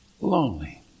Lonely